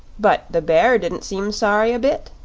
but the bear didn't seem sorry a bit,